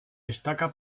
destaca